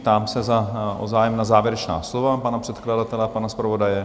Ptám se na zájem o závěrečná slova pana předkladatele a pana zpravodaje?